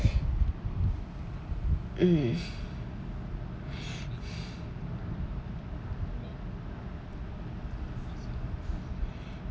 mm